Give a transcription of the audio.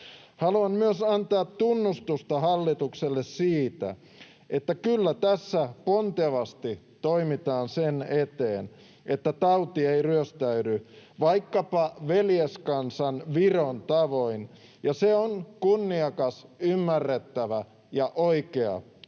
Haluan myös antaa tunnustusta hallitukselle siitä, että kyllä tässä pontevasti toimitaan sen eteen, että tauti ei ryöstäydy vaikkapa veljeskansa Viron tavoin, ja se on kunniakas, ymmärrettävä ja oikea